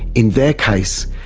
in their case,